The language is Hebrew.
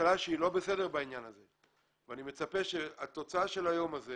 לממשלה שהיא לא בסדר בעניין הזה ואני מצפה שהתוצאה של היום הזה,